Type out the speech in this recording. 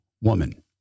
woman